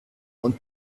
und